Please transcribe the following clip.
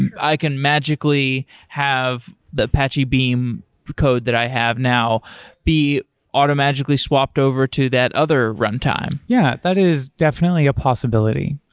and i can magically have the apache beam code that i have now be automatically swapped over to that other runtime. yeah, that is definitely a possibility.